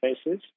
spaces